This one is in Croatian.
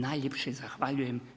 Najljepše zahvaljujem.